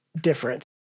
different